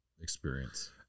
experience